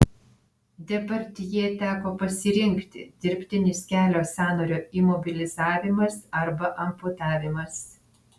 depardjė teko pasirinkti dirbtinis kelio sąnario imobilizavimas arba amputavimas